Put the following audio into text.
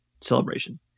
Celebration